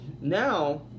Now